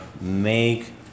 make